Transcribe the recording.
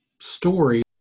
story